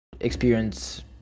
experience